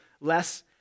less